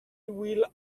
will